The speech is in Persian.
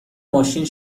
ماشین